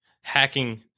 hacking